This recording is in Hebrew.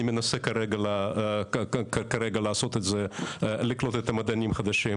אני מנסה כרגע לקלוט את המדענים החדשים,